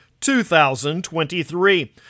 2023